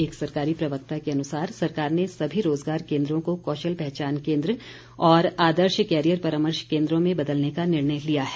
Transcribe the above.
एक सरकारी प्रवक्ता के अनुसार सरकार ने सभी रोजगार केन्द्रों को कौशल पहचान केन्द्र व आदर्श कैरियर परामर्श केन्द्रों में बदलने का निर्णय लिया है